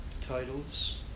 titles